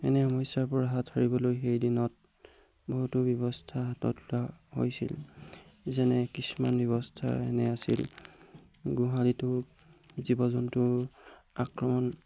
এনে সমস্যাৰ পৰা হাত সাৰিবলৈ সেই দিনত বহুতো ব্যৱস্থা হাতত লোৱা হৈছিল যেনে কিছুমান ব্যৱস্থা এনে আছিল গোহালিটো জীৱ জন্তুৰ আক্ৰমণ